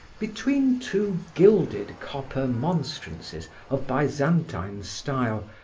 between two gilded copper monstrances of byzantine style,